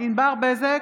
ענבר בזק,